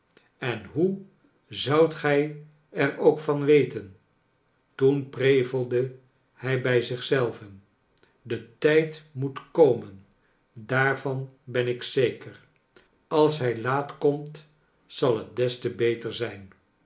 en hoe zoudt gij er ook van weten toen prevelde hij bij zich zelven de tijd moet komen daarvan ben ik zeker alshij laat komt zal het des te beter zijn